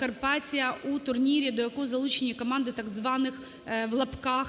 Karpatalja у турнірі, до якого залучені команди так званих "ЛНР" та